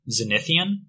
Zenithian